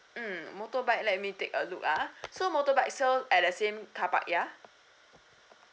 mm motorbike let me take a look ah so motorbike so at the same carpark ya